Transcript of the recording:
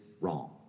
wrong